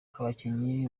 abakinnyi